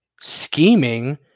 scheming